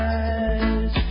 eyes